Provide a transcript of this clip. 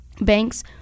banks